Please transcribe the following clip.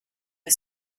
are